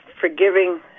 forgiving